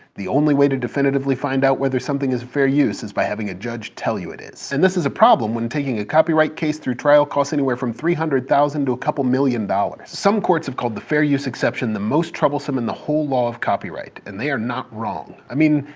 the only way to definitively find out whether something is fair use is by having a judge tell you it is. and this is a problem when taking a copyright case through trial costs anywhere from three hundred thousand dollars to a couple million dollars. some courts have called the fair use exception the most troublesome in the whole law of copyright. and they are not wrong. i mean,